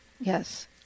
Yes